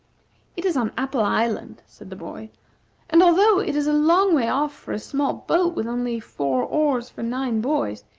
it is on apple island, said the boy and, although it is a long way off for a small boat with only four oars for nine boys,